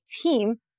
team